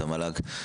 תכף נשמע את המל"ג.